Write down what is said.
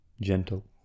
gentle